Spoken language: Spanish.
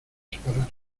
separarnos